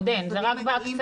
עוד אין, זה רק בהקצאה.